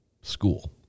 school